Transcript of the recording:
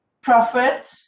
profit